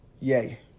Yay